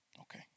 Okay